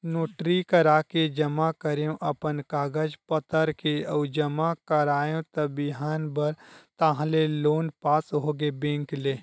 notary कराके जमा करेंव अपन कागज पतर के अउ जमा कराएव त बिहान भर ताहले लोन पास होगे बेंक ले